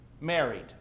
married